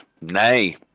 nay